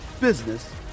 business